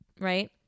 right